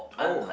oh